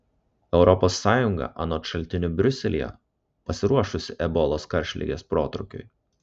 europos sąjunga anot šaltinių briuselyje pasiruošusi ebolos karštligės protrūkiui